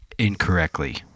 incorrectly